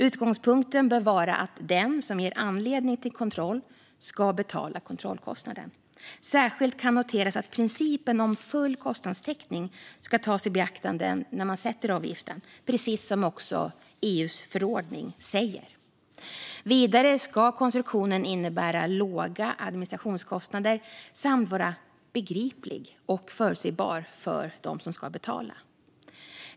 Utgångspunkten bör vara att den som ger anledning till kontroll ska betala kontrollkostnaden. Särskilt kan noteras att principen om full kostnadstäckning ska tas i beaktande i när man sätter avgiften, precis som också EU:s förordning säger. Vidare ska konstruktionen innebära låga administrationskostnader och vara begriplig och förutsebar för dem som ska betala.